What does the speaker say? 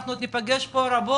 אנחנו עוד ניפגש פה רבות,